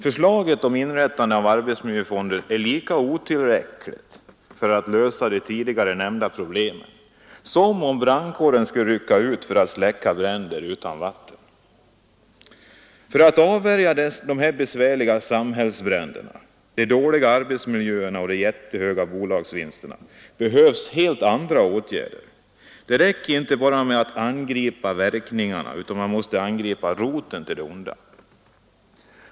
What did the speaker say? Förslaget om inrättande av arbetsmiljöfonder är lika otillräckligt för att lösa de tidigare nämnda problemen som om brandkåren skulle rycka ut för att släcka bränder utan vatten. För att avvärja dessa besvärliga samhällsbränder, de dåliga arbetsmiljöerna och de jättehöga bolagsvinsterna, behövs helt andra åtgärder. Det räcker inte med att bara angripa verkningarna, utan man måste angripa roten till det onda.